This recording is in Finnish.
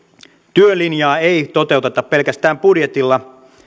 työlinjaa ei toteuteta pelkästään budjetilla